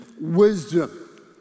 wisdom